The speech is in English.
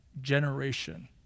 generation